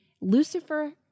Lucifer